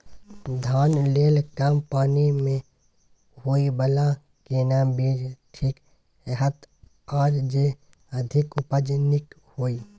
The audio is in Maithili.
धान लेल कम पानी मे होयबला केना बीज ठीक रहत आर जे अधिक उपज नीक होय?